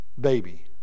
baby